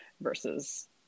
versus